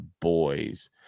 boys